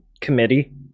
committee